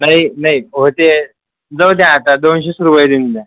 नाही नाही अहो ते जाऊ द्या आता दोनशेच रुपये देऊन द्या